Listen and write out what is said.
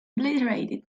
obliterated